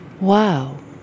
Wow